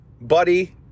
buddy